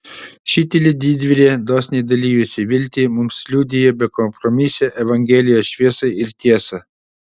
ši tyli didvyrė dosniai dalijusi viltį mums liudija bekompromisę evangelijos šviesą ir tiesą